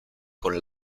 con